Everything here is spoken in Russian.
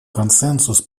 консенсус